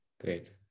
great